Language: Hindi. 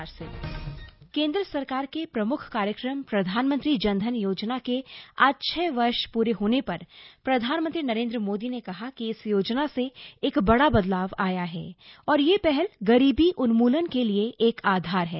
जनधन योजना केन्द्र सरकार के प्रमुख कार्यक्रम प्रधानमंत्री जनधन योजना के आज छह वर्ष पूरे होने पर प्रधानमंत्री नरेन्द्र मोदी ने कहा कि इस योजना से एक बड़ा बदलाव आया है और यह पहल गरीबी उन्मूलन के लिए एक आधार है